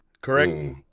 Correct